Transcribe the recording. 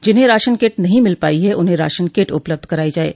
जिन्हें ration kit नहीं मिल पाई है उन्हें राशन किट उपलब्ध कराई जाये